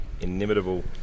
inimitable